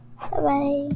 bye-bye